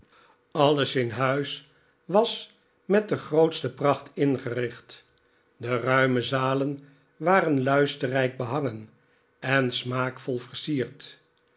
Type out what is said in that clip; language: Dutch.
alles in huis was met de grootste pracht ingericht de ruime zalen waren luisterrijk behangen en smaakvol versierd